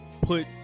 put